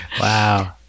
Wow